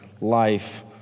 life